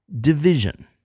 division